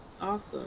Awesome